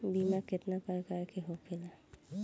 बीमा केतना प्रकार के होखे ला?